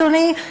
אדוני,